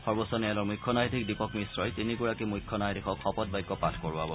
সৰ্বোচ্চ ন্যায়ালয়ৰ মুখ্য ন্যায়াধীশ দীপক মিশ্ৰই তিনিওগৰাকী মুখ্য ন্যায়াধীশক শপতবাক্য পাঠ কৰোৱাব